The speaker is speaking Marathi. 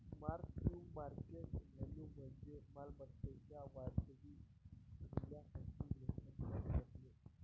मार्क टू मार्केट व्हॅल्यू म्हणजे मालमत्तेच्या वाजवी मूल्यासाठी लेखांकन करणे